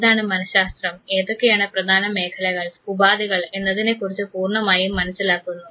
എന്താണ് മനഃശാസ്ത്രം ഏതൊക്കെയാണ് പ്രധാനമായ മേഖലകൾ ഉപാധികൾ എന്നതിനെക്കുറിച്ച് പൂർണ്ണമായും മനസ്സിലാക്കുന്നു